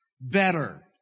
better